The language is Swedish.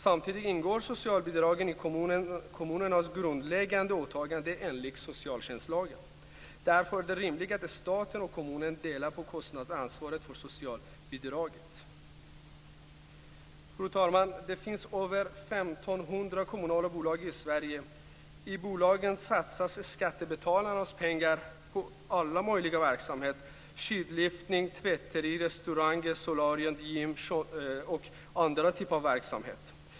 Samtidigt ingår socialbidragen i kommunernas grundläggande åtaganden enligt socialtjänstlagen. Därför är det rimligt att staten och kommunerna delar på kostnadsansvaret för socialbidragen. Fru talman! Det finns över 1 500 kommunala bolag i Sverige. I bolagen satsas skattebetalarnas pengar på alla möjliga verksamheter, skidliftar, tvätterier, restauranger, solarier, gym och andra typer av verksamheter.